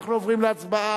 אנחנו עוברים להצבעה.